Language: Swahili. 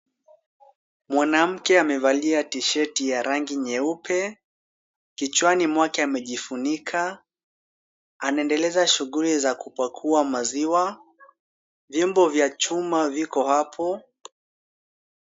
Mwanamke amevalia tisheti ya rangi nyeupe. Kichwani mwake amejifunika. Anaendeleza shughuli za kupakua maziwa. Vyombo vya chuma viko hapo.